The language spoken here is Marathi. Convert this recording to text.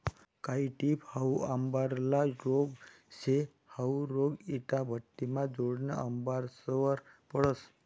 कायी टिप हाउ आंबावरला रोग शे, हाउ रोग इटाभट्टिना जोडेना आंबासवर पडस